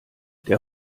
der